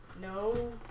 no